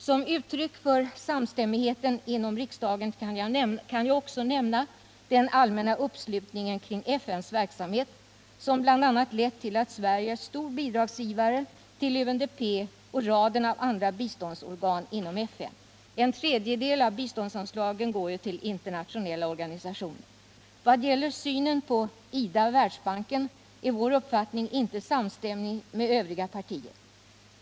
Som uttryck för samstämmigheten inom riksdagen kan jag också nämna den allmänna uppslutningen kring FN:s verksamhet, som bl.a. lett till att Sverige är stor bidragsgivare till UNDP och raden av andra biståndsorgan inom FN. En tredjedel av biståndsanslagen går ju till internationella organisationer. Vad gäller synen på IDA och Världsbanken är vår uppfattning inte samstämmig med övriga partiers.